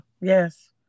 Yes